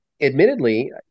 admittedly